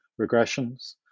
regressions